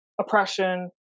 oppression